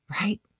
right